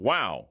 Wow